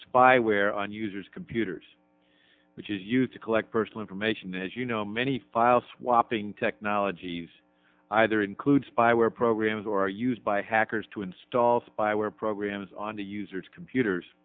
spyware on users computers which is used to collect personal information as you know many file swapping technologies either include spyware programs or are used by hackers to install spyware programs on the user's computers